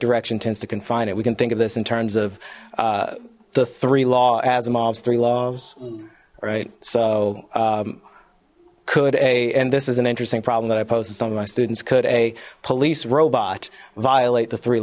direction tends to confine it we can think of this in terms of the three law asimov's three loves right so could a and this is an interesting problem that i posted some of my students could a police robot violate the three